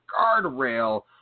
guardrail